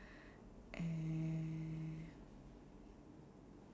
and